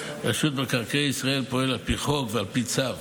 שרשות מקרקעי ישראל פועלת על פי חוק ועל פי צו.